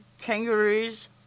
kangaroos